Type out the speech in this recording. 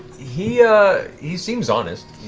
he ah he seems honest.